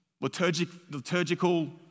liturgical